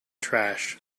trash